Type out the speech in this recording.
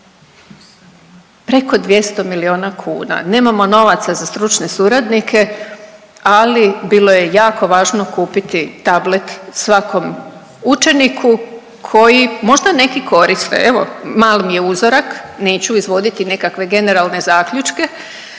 Preko 200 milijuna kuna. nemamo novaca za stručne suradnike, ali bilo je jako važno kupiti tablet svakom učeniku koji možda neki koriste. Evo mal mi je uzorak neću izvoditi nekakve generalne zaključke,